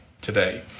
today